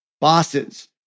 bosses